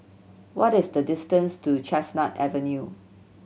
what is the distance to Chestnut Avenue